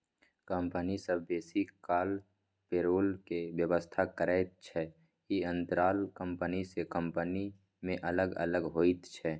company सब बेसी काल पेरोल के व्यवस्था करैत छै, ई अंतराल कंपनी से कंपनी में अलग अलग होइत छै